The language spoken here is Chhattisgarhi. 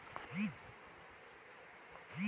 दिखाही लोन पाए बर मोला का का दस्तावेज जमा करना पड़ही?